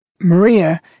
Maria